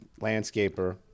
landscaper